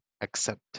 accept